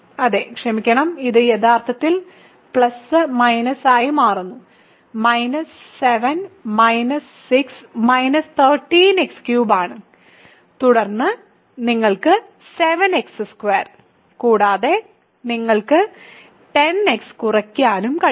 അതെ ക്ഷമിക്കണം ഇത് യഥാർത്ഥത്തിൽ ആയി മാറുന്നു 7 6 13x3 ആണ് തുടർന്ന് നിങ്ങൾക്ക് 7x2 കൂടാതെ നിങ്ങൾക്ക് 10x കുറയ്ക്കാനും കഴിയും